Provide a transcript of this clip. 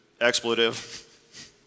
expletive